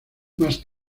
más